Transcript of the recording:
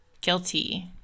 guilty